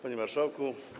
Panie Marszałku!